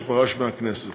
שפרש מהכנסת.